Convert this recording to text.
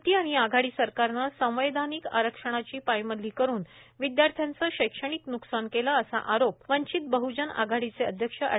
य्ती आणि आघाडी सरकारने संवैधानिक आरक्षणाची पायमल्ली करून विद्यार्थ्यांचे शैक्षणिक न्कसान केलेअसा आरोप वंचित बहजन आघाडीचे अध्यक्ष एड